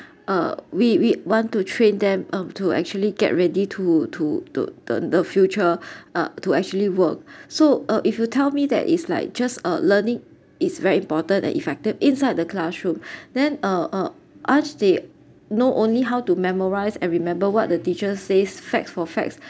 uh we we want to train them um to actually get ready to to to the the future uh to actually work so uh if you tell me that is like just a learning is very important and effective inside the classroom then uh uh as they know only how to memorise and remember what the teacher says facts for facts